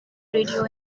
rodeo